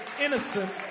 innocent